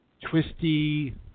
twisty